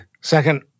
second